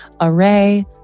Array